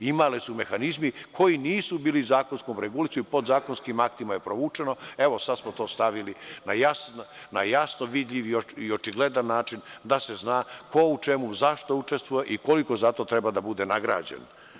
Postojali su mehanizmi koji nisu bili zakonski regulisani i podzakonskim aktima je provučeno i sada smo to stavili na jasno vidljiv i očigledan način da se zna ko u čemu, zašto učestvuje i koliko za to treba da bude nagrađen.